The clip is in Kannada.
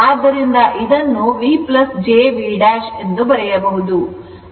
ಆದ್ದರಿಂದ ಇದನ್ನು V jV' ಎಂದು ಬರೆಯಬಹುದು